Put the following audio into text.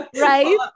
Right